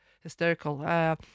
hysterical